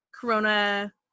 corona